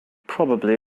probably